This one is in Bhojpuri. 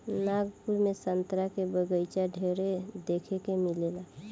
नागपुर में संतरा के बगाइचा ढेरे देखे के मिलेला